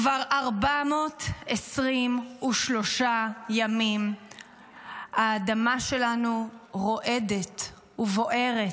כבר 423 ימים האדמה שלנו רועדת ובוערת,